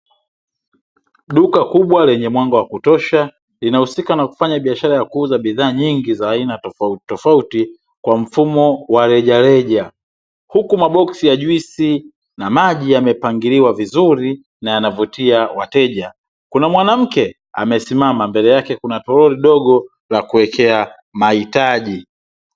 Duka kubwa lenye mwanga wa kutosha, linahusika na kuuzaa bidhaa nyingi za aina tofautitofauti, kwa mfumo wa rejareja. Huku maboksi ya juisi na maji, yamepangiliwa vizuri na yanavutia wateja. Kuna mwanamke amesimama, mbele yake kuna toroli dogo la kuwekea mahitaji.